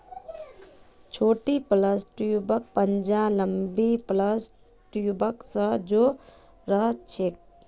छोटी प्लस ट्यूबक पंजा लंबी प्लस ट्यूब स जो र छेक